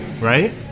right